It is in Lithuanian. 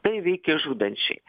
tai veikia žudančiai